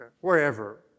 wherever